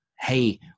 Hey